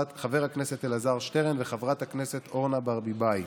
חבר הכנסת אלעזר שטרן וחברת הכנסת אורנה ברביבאי,